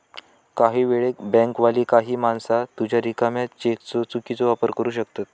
काही वेळेक बँकवाली काही माणसा तुझ्या रिकाम्या चेकचो चुकीचो वापर करू शकतत